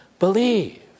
believe